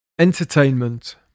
Entertainment